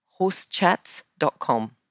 horsechats.com